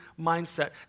mindset